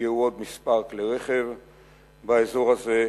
נפגעו עוד כמה כלי רכב באזור הזה,